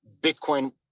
Bitcoin